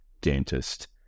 dentist